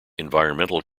environmental